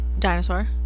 Dinosaur